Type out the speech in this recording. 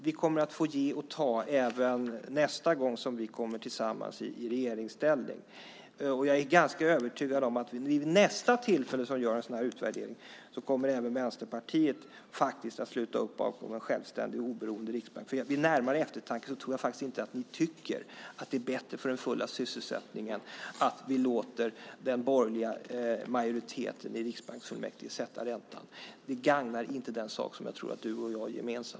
Vi kommer att få ge och ta även nästan gång vi kommer tillsammans i regeringsställning. Jag är ganska övertygad att vid nästa tillfälle vi gör en sådan utvärdering kommer även Vänsterpartiet att sluta upp bakom en självständig och oberoende Riksbank. Vid närmare eftertanke tror jag inte att ni tycker att det är bättre för den fulla sysselsättningen att vi låter den borgerliga majoriteten i riksbanksfullmäktige sätta räntan. Det gagnar inte den sak som jag tror att du och jag har gemensam.